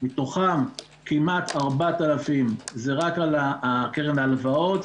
מתוכן כמעט 4,000 זה רק על קרן ההלוואות,